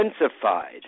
intensified